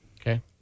Okay